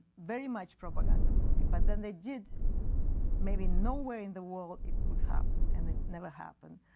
very much propaganda movie but then they did maybe nowhere in the world it could happen and it never happened.